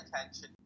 attention